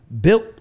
built